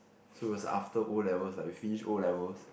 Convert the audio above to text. so it was after O-levels ah we finished O-levels